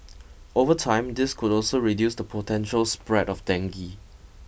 over time this could also reduce the potential spread of dengue